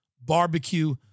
barbecue